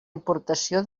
importació